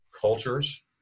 cultures